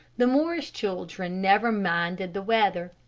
the morris children never minded the weather.